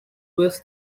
was